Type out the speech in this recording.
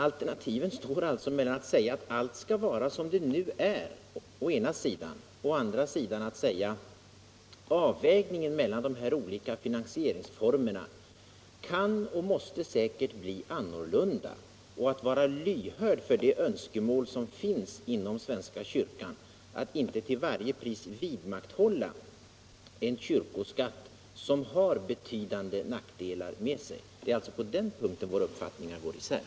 Valet står alltså mellan att å ena sidan säga att allt skall vara som det nu är, å andra sidan mena att avvägningen mellan dessa olika finansieringsformer kan och säkerligen måste bli annorlunda. Det är alltså i fråga om angelägenheten av att vara lyhörd för de existerande önskemålen inom svenska kyrkan om att inte till varje pris vidmakthålla en kyrkoskatt, som i sin fiskala utformning har betydande nackdelar, som våra uppfattningar går isär.